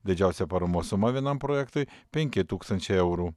didžiausia paramos suma vienam projektui penki tūkstančiai eurų